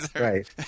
right